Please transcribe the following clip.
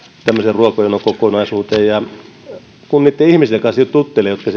ruokajonokokonaisuuteen kun niitten ihmisten kanssa sitten juttelin jotka